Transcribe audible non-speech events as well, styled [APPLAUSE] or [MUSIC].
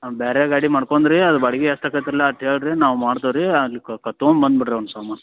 ನಮ್ಮ ಬೇರೆ ಗಾಡಿ ಮಾಡ್ಕೊಂದ್ರೀ ಅದು ಬಾಡಿಗೆ ಅಷ್ಟಕ್ಕೆ [UNINTELLIGIBLE] ಹೇಳ್ರಿ ನಾವು ಮಾಡ್ತೇವೆ ರೀ ಅಲ್ಲಿಕ ತಗೊಂಬ್ ಬಂದ್ಬಿಡ್ರಿ ಒಂದು ಸಮ